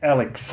Alex